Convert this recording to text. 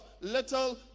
little